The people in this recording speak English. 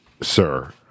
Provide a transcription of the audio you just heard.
sir